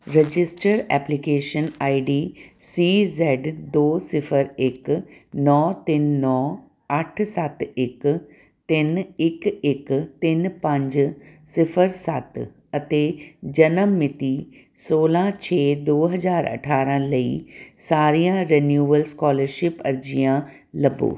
registered application I D C Z ਦੋ ਸਿਫ਼ਰ ਇੱਕ ਨੌਂ ਤਿੰਨ ਨੌਂ ਅੱਠ ਸੱਤ ਇੱਕ ਤਿੰਨ ਇੱਕ ਇੱਕ ਤਿੰਨ ਪੰਜ ਸਿਫ਼ਰ ਸੱਤ ਅਤੇ ਜਨਮ ਮਿਤੀ ਸੋਲਾਂ ਛੇ ਦੋ ਹਜ਼ਾਰ ਅਠਾਰਾਂ ਲਈ ਸਾਰੀਆਂ ਰਿਨਿਊਵਲ ਸਕਾਲਰਸ਼ਿਪ ਅਰਜ਼ੀਆਂ ਲੱਭੋ